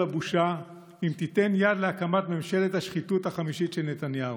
הבושה אם תיתן יד להקמת ממשלת השחיתות החמישית של נתניהו.